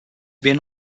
been